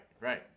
right